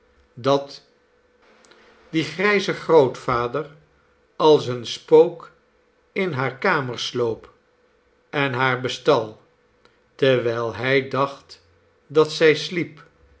naar vader als een spook in hare kamer sloop en haar bestal terwijl hij dacht dat zij sliep